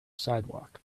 sidewalk